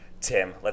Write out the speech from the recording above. Tim